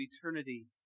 eternity